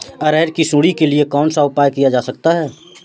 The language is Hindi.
अरहर की सुंडी के लिए कौन सा उपाय किया जा सकता है?